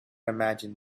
imagine